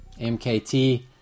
MKT